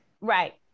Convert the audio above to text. right